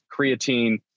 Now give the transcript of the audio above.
creatine